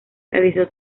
realizó